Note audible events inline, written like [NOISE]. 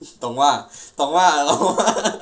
懂吗懂吗 [LAUGHS] 懂吗 [LAUGHS]